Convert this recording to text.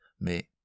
mais